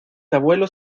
abuelos